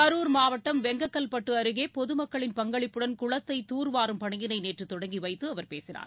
கரூர் மாவட்டம் வெங்ககல்பட்டு அருகே பொது மக்களின் பங்களிப்புடன் குளத்தை தூர் வாரும் பணியினை நேற்று தொடங்கி வைத்து அவர் பேசினார்